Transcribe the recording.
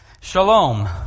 Shalom